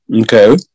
okay